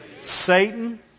Satan